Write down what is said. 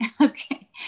Okay